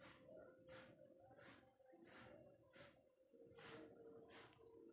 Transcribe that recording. ಬೀಜದ ಹಣವು ಉತ್ಪನ್ನ ಕ್ರೌಡ್ ಫಂಡಿಂಗ್ನಿಂದ ಅಥವಾ ಇಕ್ವಿಟಿ ಕೊಡಗೆ ಗಿಂತ ಹೆಚ್ಚಾಗಿ ಹಣಕಾಸಿನ ಬೂಟ್ಸ್ಟ್ರ್ಯಾಪಿಂಗ್ನಿಂದ ಬರಬಹುದು